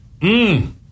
Mmm